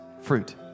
Fruit